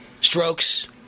strokes